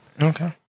okay